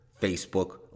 Facebook